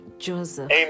joseph